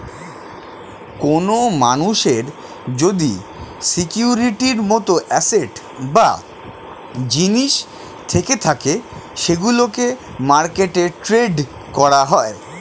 কোন মানুষের যদি সিকিউরিটির মত অ্যাসেট বা জিনিস থেকে থাকে সেগুলোকে মার্কেটে ট্রেড করা হয়